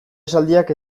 esaldiak